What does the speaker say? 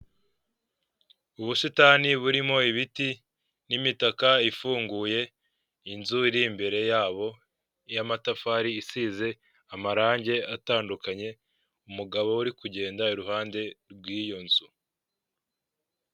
Ubusitani burimo ibiti n'imitaka ifunguye inzu iri imbere yabo y'amatafari isize amarangi atandukanye, umugabo uri kugenda iruhande rw'iyo nzu.